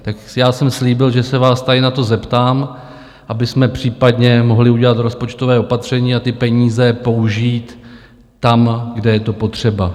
Tak já jsem slíbil, že se vás tady na to zeptám, abychom případně mohli udělat rozpočtové opatření a ty peníze použít tam, kde je to potřeba.